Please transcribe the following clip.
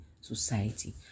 society